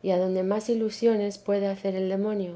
y adonde más ilusiones puede hacer el demonio